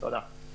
תודה.